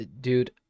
dude